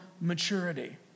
maturity